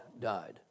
died